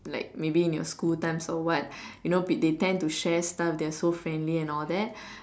like maybe in your school times or what you know they tend to share stuff they are so friendly and all that